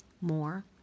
more